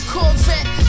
Corvette